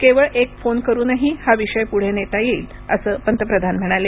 केवळ एक फोन करूनही हा विषय पुढे नेता येईल असं पंतप्रधान म्हणाले